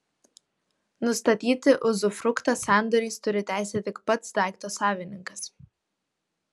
nustatyti uzufruktą sandoriais turi teisę tik pats daikto savininkas